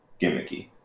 gimmicky